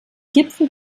gipfel